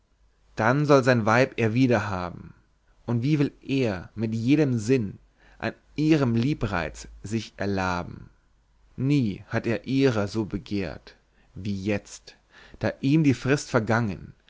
dann soll sein weib er wiederhaben und wie will er mit jedem sinn an ihrem liebreiz sich erlaben nie hat er ihrer so begehrt wie jetzt da bald die frist vergangen